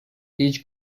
each